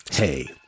Hey